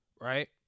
right